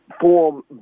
form